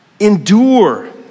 Endure